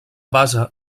base